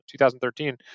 2013